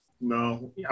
No